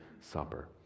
Supper